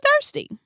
thirsty